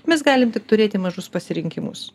mes galim tik turėti mažus pasirinkimus